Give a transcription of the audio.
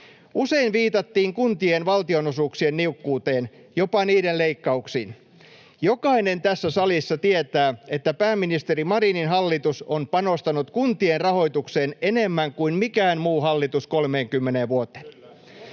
Usein viitattiin kuntien valtionosuuksien niukkuuteen, jopa niiden leikkauksiin. Jokainen tässä salissa tietää, että pääministeri Marinin hallitus on panostanut kuntien rahoitukseen enemmän kuin mikään muu hallitus 30 vuoteen.